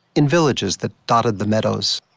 in villages that dotted the meadows.